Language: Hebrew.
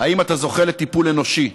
האם אתה זוכה לטיפול אנושי?